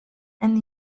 and